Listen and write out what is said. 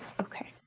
Okay